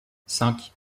cinq